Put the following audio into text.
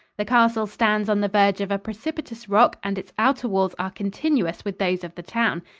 the castle stands on the verge of a precipitous rock and its outer walls are continuous with those of the town.